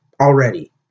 already